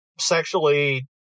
sexually